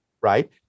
right